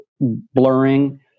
blurring